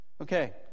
Okay